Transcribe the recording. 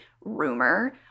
rumor